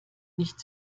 nicht